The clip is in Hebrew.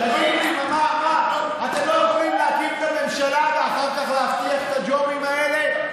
אתם לא יכולים להקים את הממשלה ואחר כך להבטיח את הג'ובים האלה?